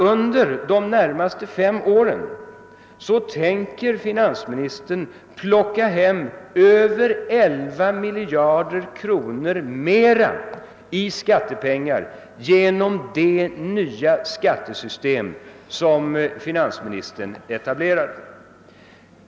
Under de närmaste fem åren tänker finansministern plocka hem över 11 miljarder kronor mer i skattepengar genom det nya skattesystem som finansministern etablerar.